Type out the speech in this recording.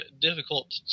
difficult